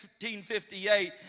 1858